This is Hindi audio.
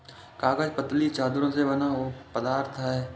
कागज पतली चद्दरों से बना एक पदार्थ है